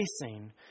facing